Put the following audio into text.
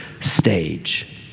stage